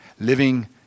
Living